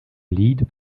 lied